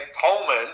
Tolman